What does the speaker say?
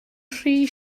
rhy